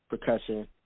percussion